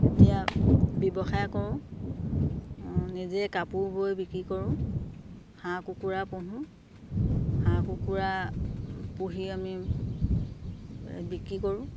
এতিয়া ব্যৱসায় কৰোঁ নিজে কাপোৰ বৈ বিক্ৰী কৰোঁ হাঁহ কুকুৰা পুহোঁ হাঁহ কুকুৰা পুহি আমি বিক্ৰী কৰোঁ